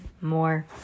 more